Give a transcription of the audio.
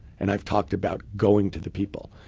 and i've talked about going to the people.